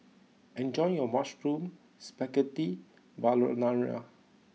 enjoy your Mushroom Spaghetti Carbonara